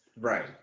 Right